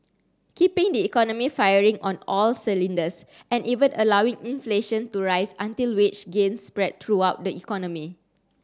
keeping the economy firing on all cylinders and even allowing inflation to rise until wage gains spread throughout the economy